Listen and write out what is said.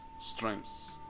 strengths